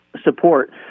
support